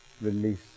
release